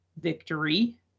victory